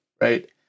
right